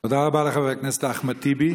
תודה רבה לחבר הכנסת אחמד טיבי.